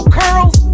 curls